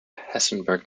hessenberg